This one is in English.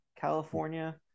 California